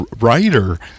writer